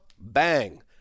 Bang